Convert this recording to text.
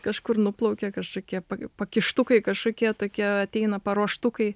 kažkur nuplaukia kažkokie pakištukai kažkokie tokie ateina paruoštukai